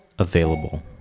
Available